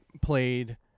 played